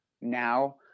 now